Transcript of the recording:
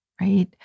right